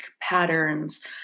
patterns